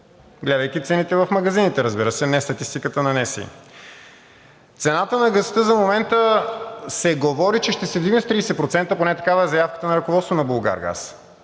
гледайки цените в магазините, разбира се, не статистиката на НСИ. Цената на газа за момента се говори, че ще се вдигне с 30% –поне такава е заявката на ръководството на „Булгаргаз“.